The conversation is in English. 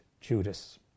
Judas